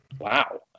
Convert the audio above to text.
wow